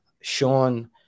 Sean